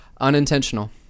unintentional